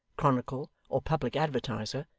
chronicle, or public advertiser,